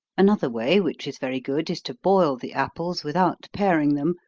another way, which is very good, is to boil the apples, without paring them,